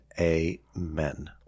Amen